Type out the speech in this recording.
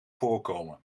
voorkomen